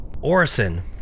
Orison